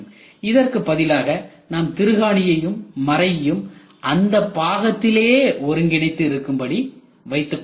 இதற்கு பதிலாக நாம் திருகாணியையும் மறையையும் அந்த பாகத்திலேயே ஒருங்கிணைந்து இருக்கும்படி வைத்துக்கொள்ள வேண்டும்